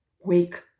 Wake